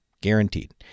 guaranteed